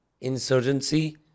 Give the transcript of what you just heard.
insurgency